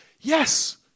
Yes